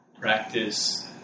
Practice